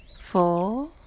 four